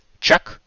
check